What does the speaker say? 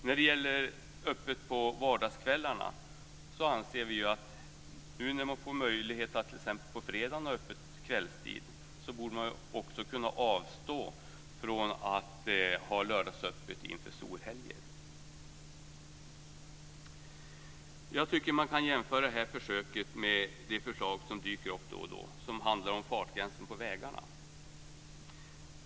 När det gäller att ha öppet vardagskvällar anser vi att när man nu får möjlighet att ha öppet på kvällstid på fredagar borde man också kunna avstå från att ha lördagsöppet inför storhelger. Jag tycker att man kan jämföra det här försöket med det förslag som dyker upp då och då som handlar om fartgränsen på vägarna.